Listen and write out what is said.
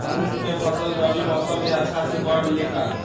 मूंग के फसल रबी मौसम में अच्छा से बढ़ ले का?